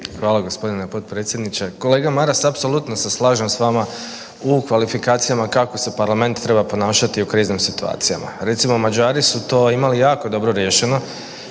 Hvala g. potpredsjedniče. Kolega Maras, apsolutno se slažem s vama u kvalifikacijama kako se parlament treba ponašati u kriznim situacijama. Recimo, Mađari su to imali jako dobro riješeno